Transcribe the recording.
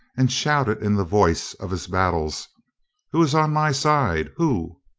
and shouted in the voice of his battles who is on my side? who?